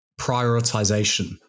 prioritization